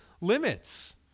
limits